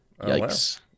yikes